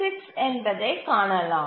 6 என்பதைக் காணலாம்